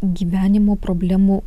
gyvenimo problemų